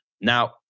Now